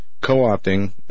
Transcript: co-opting